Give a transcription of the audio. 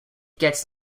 gets